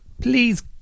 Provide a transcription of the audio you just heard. Please